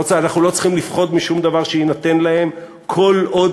אנחנו לא צריכים לפחוד משום דבר שיינתן להם כל עוד